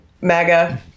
MAGA